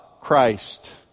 Christ